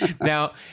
Now